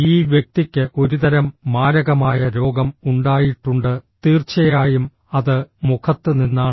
ഈ വ്യക്തിക്ക് ഒരുതരം മാരകമായ രോഗം ഉണ്ടായിട്ടുണ്ട് തീർച്ചയായും അത് മുഖത്ത് നിന്നാണ്